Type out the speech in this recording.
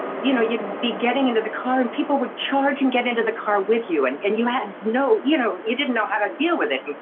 you know, you'd be getting into the car, and people would charge and get into the car with you, and and you had no you know, you didn't know how to deal with it.